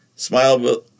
Smile